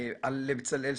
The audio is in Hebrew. לבצלאל סמוטריץ',